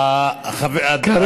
אין